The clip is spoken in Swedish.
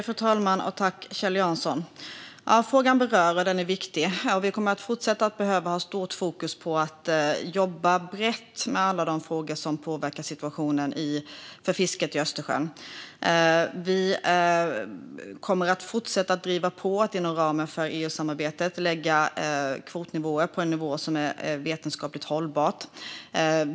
Fru talman! Frågan berör och är viktig. Vi kommer att fortsätta att behöva hålla stort fokus på att jobba brett med alla de frågor som påverkar situationen för fisket i Östersjön. Vi kommer att fortsätta att driva på för att inom ramen för EU-samarbetet lägga kvoterna på en nivå som är vetenskapligt hållbar.